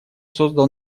создал